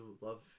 love